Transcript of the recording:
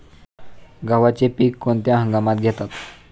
गव्हाचे पीक कोणत्या हंगामात घेतात?